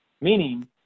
meaning